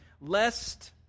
lest